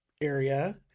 area